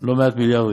לא מעט מיליארדים.